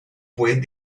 pueden